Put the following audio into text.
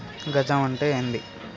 గజం అంటే ఏంది?